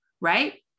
right